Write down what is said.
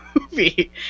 movie